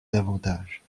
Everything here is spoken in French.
davantage